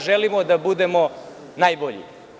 Želimo da budemo najbolji.